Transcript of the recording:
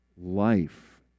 life